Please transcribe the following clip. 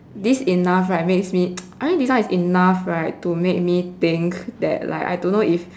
this enough right makes me I mean this one is enough right to make me think that like I don't know if